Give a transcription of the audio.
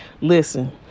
listen